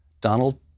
Donald